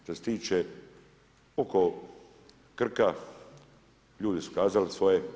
Što se tiče oko Krka ljudi su kazali svoje.